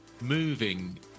moving